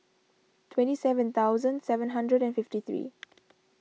twenty seven thousand seven hundred and fifty three